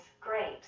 Grapes